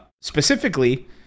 Specifically